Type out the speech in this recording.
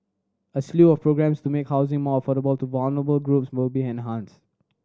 a slew of programmes to make housing more affordable to vulnerable groups will be enhanced